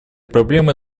проблеме